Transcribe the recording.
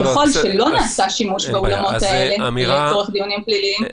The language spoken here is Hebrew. ככל שלא נעשה שימוש באולמות האלה לצורך דיונים פליליים,